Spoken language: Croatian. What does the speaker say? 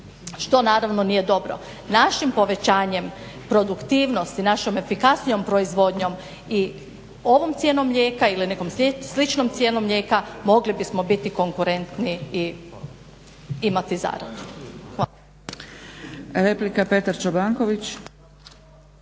što naravno nije dobro. Našim povećanjem produktivnosti, našom efikasnijom proizvodnjom i ovom cijenom mlijeka ili nekom sličnom cijenom mlijeka mogli bismo biti konkurentni i imati zaradu.